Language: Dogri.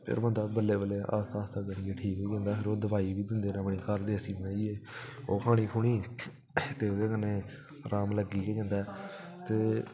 फिर बंदा बल्लें बल्लें आस्ता आस्ता करिये ठीक होई जंदा ओह् दवाई बी दिंदे न बड़ी घर देसी बनाइये ओह् खानी खुनी ते ओह्दे कन्नै राम लग्गी गै जंदा ऐ ते